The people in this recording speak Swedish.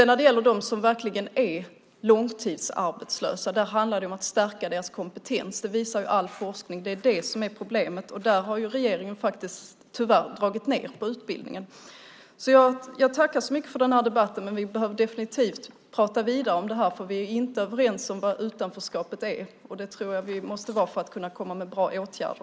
När det gäller dem som verkligen är långtidsarbetslösa handlar det om att stärka deras kompetens. All forskning visar att det är det som är problemet. Där har regeringen tyvärr dragit ned på utbildningen. Jag tackar så mycket för debatten, men vi behöver definitivt prata vidare om det här för vi är inte överens om vad utanförskapet är. Det tror jag att vi måste vara för att kunna komma med bra åtgärder.